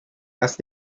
asked